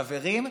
חברים,